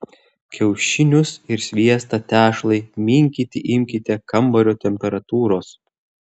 kiaušinius ir sviestą tešlai minkyti imkite kambario temperatūros